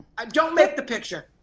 don't make the picture.